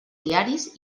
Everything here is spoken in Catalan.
diaris